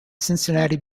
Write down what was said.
cincinnati